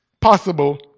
possible